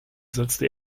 setzte